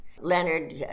Leonard